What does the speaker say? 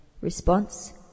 response